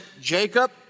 Jacob